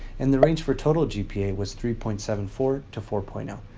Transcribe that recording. and the range for total gpa was three point seven four to four point ah